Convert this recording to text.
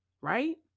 right